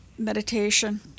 Meditation